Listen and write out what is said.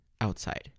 outside